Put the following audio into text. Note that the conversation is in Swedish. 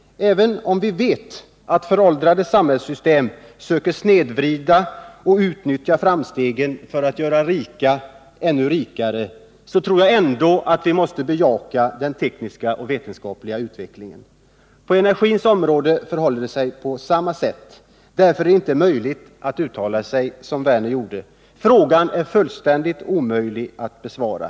Även om vi vet att föråldrade samhällssystem söker snedvrida och utnyttja framstegen för att göra rika ännu rikare så tror jag ändå att vi måste bejaka den tekniska och vetenskapliga utvecklingen. På energins område förhåller det sig på samma sätt. Därför är det inte möjligt att uttala sig så som Lars Werner gjorde. Frågan är fullständigt omöjlig att besvara.